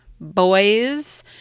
boys